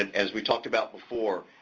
and as we talked about before,